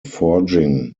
forging